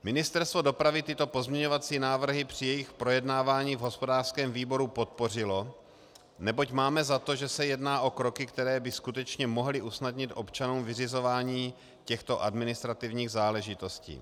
Ministerstvo dopravy tyto pozměňovací návrhy při jejich projednávání v hospodářském výboru podpořilo, neboť máme za to, že se jedná o kroky, které by skutečně mohly usnadnit občanům vyřizování těchto administrativních záležitostí.